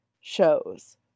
shows